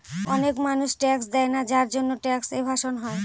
অনেক মানুষ ট্যাক্স দেয়না যার জন্যে ট্যাক্স এভাসন হয়